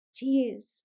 Tears